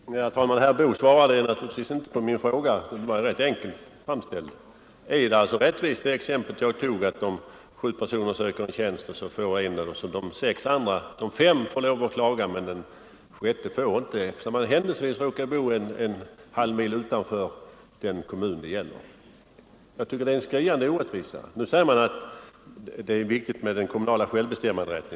inrättande av Herr talman! Herr Boo svarade naturligtvis inte på min fråga fast den kommunala var rätt enkel. besvärsnämnder Är det rättvist att när sju personer — enligt det exempel jag tog — söker en tjänst, så får fem av dem lov att klaga, medan den sjätte inte får det, eftersom han händelsevis råkar bo utanför den kommun det gäller? Jag tycker att det är en skriande orättvisa. Nu säger man att det är viktigt med den kommunala självbestämmanderätten.